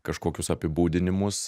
kažkokius apibūdinimus